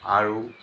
আৰু